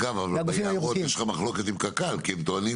אגב, ביערות יש לך מחלוקת עם קק"ל כי הם טוענים